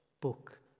book